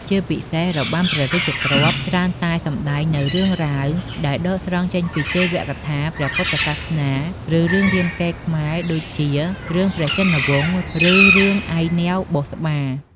ជាពិសេស របាំព្រះរាជទ្រព្យច្រើនតែសម្ដែងនូវ រឿងរ៉ាវដែលដកស្រង់ចេញពីទេវកថា ព្រះពុទ្ធសាសនា ឬរឿងរាមកេរ្តិ៍ខ្មែរ ដូចជា រឿងព្រះជិនវង្ស ឬរឿងឥណាវបុស្សបា។